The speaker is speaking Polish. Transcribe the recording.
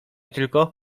tylko